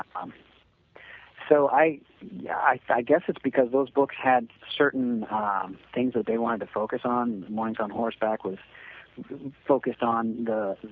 um so yeah, i guess it's because those books had certain um things that they wanted to focus on. mornings on horseback was focused on the